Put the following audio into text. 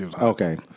Okay